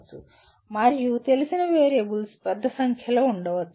మరియు తెలిసిన వేరియబుల్స్ పెద్ద సంఖ్యలో ఉండవచ్చు